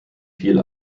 viel